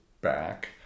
back